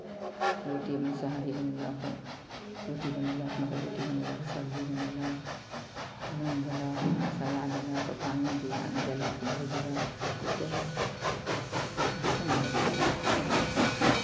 रोटी सोहारी बनओलक रोटी बनओलक मक्कइके रोटी बनओलक सबजी बनेलक नून देलक मसाला देलक पानि दिया देलक भुजलक सभचीज कयलक इएहसभ नहि होइ छै सभके